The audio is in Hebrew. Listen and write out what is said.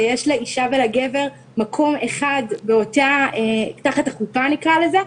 ויש לאישה ולגבר מקום אחד תחת החופה נקרא לזה,